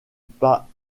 pas